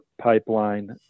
pipeline